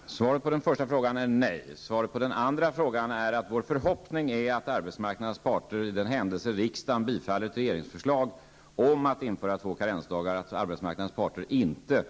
Herr talman! Svaret på den första frågan är nej. Svaret på den andra frågan är att vår förhoppning är att arbetsmarknadens parter, i den händelse riksdagen bifaller ett regeringsförslag om att införa två karensdagar, inte